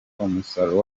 umusaruro